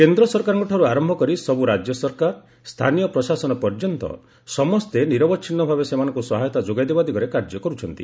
କେନ୍ଦ୍ର ସରକାରଙ୍କଠାରୁ ଆରମ୍ଭ କରି ସବୁ ରାଜ୍ୟ ସରକାର ସ୍ଥାନୀୟ ପ୍ରଶାସନ ପର୍ଯ୍ୟନ୍ତ ସମସ୍ତେ ନିରବଚ୍ଛିନ୍ନ ଭାବେ ସେମାନଙ୍କୁ ସହାୟତା ଯୋଗାଇଦେବା ଦିଗରେ କାର୍ଯ୍ୟ କରୁଛନ୍ତି